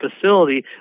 facility